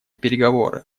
переговоры